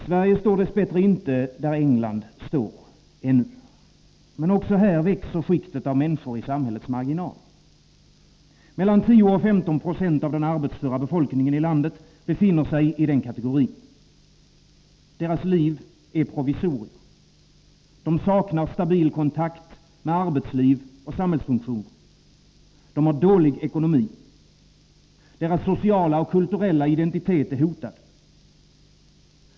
Sverige står dess bättre inte där England står — ännu. Men också här växer skiktet av människor i samhällets marginal. Mellan 10 och 15 26 av den arbetsföra befolkningen i landet befinner sig i den kategorin. Deras liv är provisorier. De saknar stabil kontakt med arbetsliv och samhällsfunktioner. De har dålig ekonomi. Deras sociala och kulturella identitet är hotad.